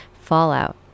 Fallout